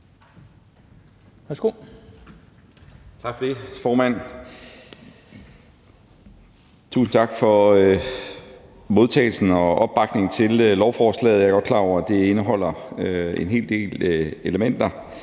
Tak for det, formand, og tusind tak for modtagelsen af og opbakningen til lovforslaget. Jeg er godt klar over, at det indeholder en hel del elementer,